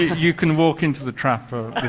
you can walk into the trap.